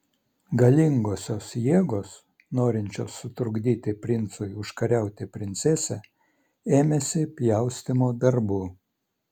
galingosios jėgos norinčios sutrukdyti princui užkariauti princesę ėmėsi pjaustymo darbų